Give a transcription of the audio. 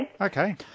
Okay